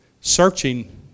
searching